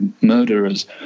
murderers